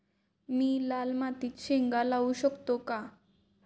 मी लाल मातीत शेंगा लावू शकतो का?